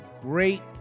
great